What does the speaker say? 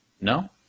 No